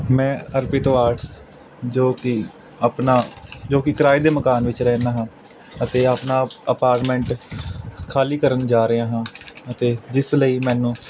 ਮੈਂ ਅਰਪੀਤੋ ਆਰਟਸ ਜੋ ਕਿ ਆਪਣਾ ਜੋ ਕਿ ਕਿਰਾਏ ਦੇ ਮਕਾਨ ਵਿੱਚ ਰਹਿੰਦਾ ਹਾਂ ਅਤੇ ਆਪਣਾ ਅਪਾਰਟਮੈਂਟ ਖਾਲੀ ਕਰਨ ਜਾ ਰਿਹਾ ਹਾਂ ਅਤੇ ਜਿਸ ਲਈ ਮੈਨੂੰ